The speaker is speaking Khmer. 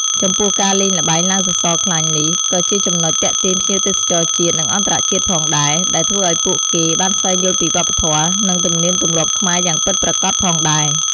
ចំពោះការលេងល្បែងឡើងសសរខ្លាញ់នេះក៏ជាចំណុចទាក់ទាញភ្ញៀវទេសចរជាតិ និងអន្តរជាតិផងដែរ ដែលធ្វើឱ្យពួកគេបានស្វែងយល់ពីវប្បធម៌ និងទំនៀមទម្លាប់ខ្មែរយ៉ាងពិតប្រាកដផងដែរ។